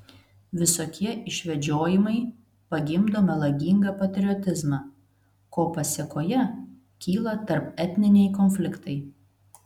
visokie išvedžiojimai pagimdo melagingą patriotizmą ko pasėkoje kyla tarpetniniai konfliktai